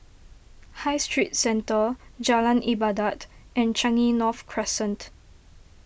High Street Centre Jalan Ibadat and Changi North Crescent